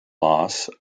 loss